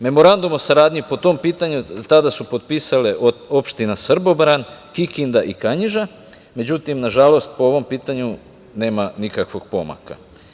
Memorandum o saradnji po tom pitanju, tada su potpisale od opština Srbobran, Kikinda i Kanjiža, međutim nažalost, po ovom pitanju nema nikakvog pomaka.